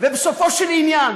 ובסופו של עניין